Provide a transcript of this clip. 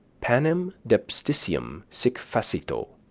panem depsticium sic facito.